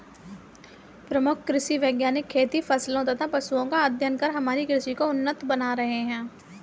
प्रमुख कृषि वैज्ञानिक खेती फसलों तथा पशुओं का अध्ययन कर हमारी कृषि को उन्नत बना रहे हैं